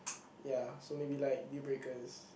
ya so maybe like deal breakers